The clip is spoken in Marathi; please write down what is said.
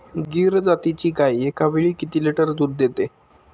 गीर जातीची गाय एकावेळी किती लिटर दूध देते?